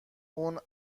اما